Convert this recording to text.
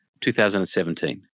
2017